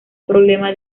problema